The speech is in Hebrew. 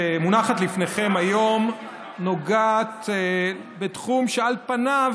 הצעת החוק שמונחת לפניכם היום נוגעת בתחום שעל פניו